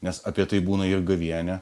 nes apie tai būna ir gavėnia